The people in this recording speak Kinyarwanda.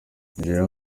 nigeria